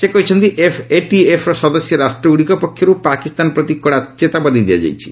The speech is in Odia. ସେ କହିଛନ୍ତି ଏଫ୍ଏଟିଏଫ୍ର ସଦସ୍ୟ ରାଷ୍ଟ୍ରଗୁଡ଼ିକ ପକ୍ଷରୁ ପାକିସ୍ତାନ ପ୍ରତି କଡ଼ା ଚେତାବନୀ ଦିଆଯାଇଛି